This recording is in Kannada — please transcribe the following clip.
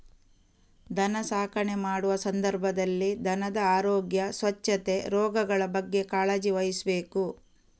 ದನ ಸಾಕಣೆ ಮಾಡುವ ಸಂದರ್ಭದಲ್ಲಿ ದನದ ಆರೋಗ್ಯ, ಸ್ವಚ್ಛತೆ, ರೋಗಗಳ ಬಗ್ಗೆ ಕಾಳಜಿ ವಹಿಸ್ಬೇಕು